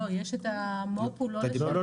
לא, מחקר ופיתוח הוא לא לשנה.